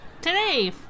today